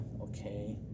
okay